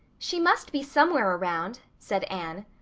she must be somewhere around, said anne.